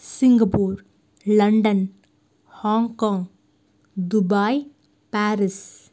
Singapore London Hong Kong Dubai Paris